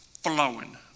flowing